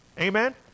amen